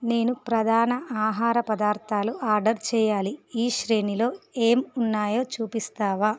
నేను ప్రధాన ఆహార పదార్థాలు ఆర్డర్ చేయాలి ఈ శ్రేణిలో ఏమి ఉన్నాయో చూపిస్తావా